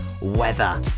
weather